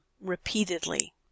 repeatedly